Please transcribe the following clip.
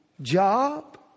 Job